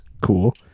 cool